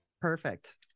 Perfect